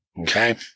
okay